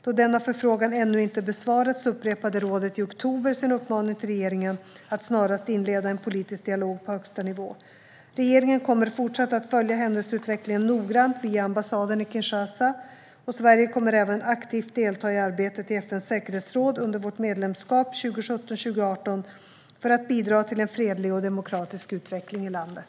Då denna förfrågan ännu inte besvarats upprepade rådet i oktober sin uppmaning till regeringen att snarast inleda en politisk dialog på högsta nivå. Regeringen kommer fortsatt att följa händelseutvecklingen noggrant via ambassaden i Kinshasa. Sverige kommer även aktivt att delta i arbetet i FN:s säkerhetsråd under vårt medlemskap 2017-2018 för att bidra till en fredlig och demokratisk utveckling i landet.